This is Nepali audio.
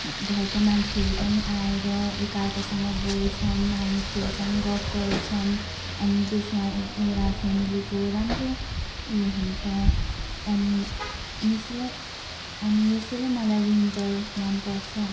घरको मान्छेहरू पनि आएर एका अर्कासँग बोल्छौँ हामी खेल्छौँ गफ गर्छौँ अनि त्यसमा एउटा फेमेलीको राम्रो ऊ यो हुन्छ अनि यसलाई अनि यसैले मलाई विनटर मन पर्छ